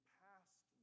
past